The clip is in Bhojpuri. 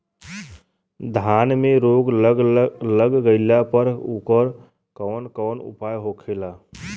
धान में रोग लग गईला पर उकर कवन कवन उपाय होखेला?